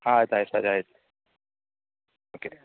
ಆಯಿತು ಆಯಿತು ಸರಿ ಆಯಿತು ಓಕೆ